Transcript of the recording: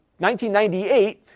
1998